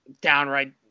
Downright